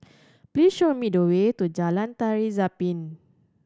please show me the way to Jalan Tari Zapin